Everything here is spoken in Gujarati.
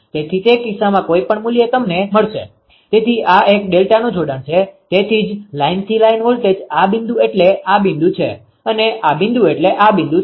તેથી તે કિસ્સામાં કોઈ પણ મૂલ્ય તમને મળશે તેથી આ એક ડેલ્ટાનુ જોડાણ છે તેથી જ લાઇનથી લાઇન વોલ્ટેજ આ બિંદુ એટલે આ બિંદુ છે અને આ બિંદુ એટલે આ બિંદુ છે